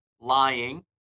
lying